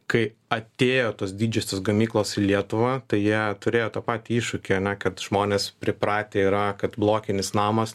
kai atėjo tos didžiosios gamyklos į lietuva tai jie turėjo tą patį iššūkį ane kad žmonės pripratę yra kad blokinis namas